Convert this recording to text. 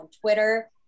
twitter